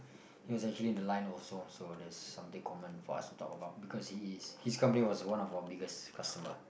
he was actually in the line also so there's something common for us to talk about because he is his company was one of our biggest customer